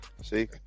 See